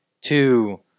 two